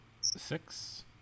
six